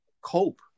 cope